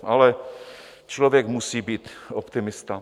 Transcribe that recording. Ale člověk musí být optimista.